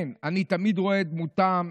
כן, אני תמיד רואה את דמותם.